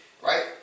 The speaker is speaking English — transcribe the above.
right